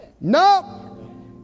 No